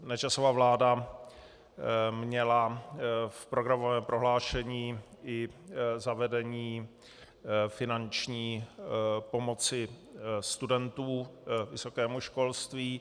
Nečasova vláda měla v programovém prohlášení i zavedení finanční pomoci studentů vysokému školství.